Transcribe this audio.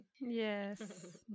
Yes